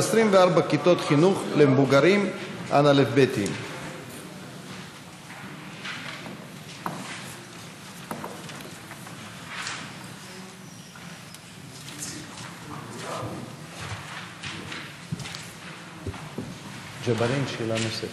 22 באוקטובר 2018. אני מתכבד לפתוח את ישיבת